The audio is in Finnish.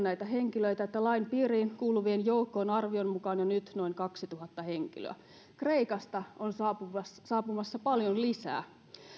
näitä henkilöitä niin paljon että lain piiriin kuuluvien joukko on arvion mukaan jo nyt noin kaksituhatta henkilöä kreikasta on saapumassa paljon lisää